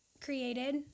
created